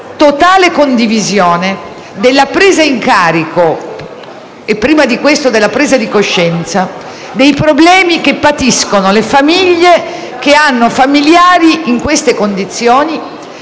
totale condivisione della presa in carico e, prima ancora, della presa di coscienza dei problemi che patiscono le famiglie che hanno familiari in certe condizioni,